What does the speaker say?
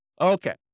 Okay